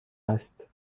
است